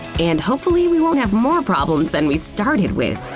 and hopefully, we won't have more problems than we started with!